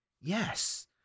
Yes